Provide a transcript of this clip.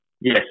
Yes